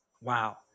wow